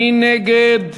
מי נגד?